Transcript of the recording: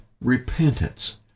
Repentance